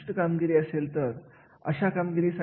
कार्याच्या मूल्यमापन यांमधील तिसरा मुद्दा तो म्हणजे रचना